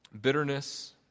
bitterness